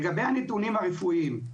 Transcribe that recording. לגבי הנתונים הרפואיים,